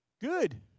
Good